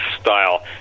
style